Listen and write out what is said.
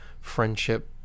friendship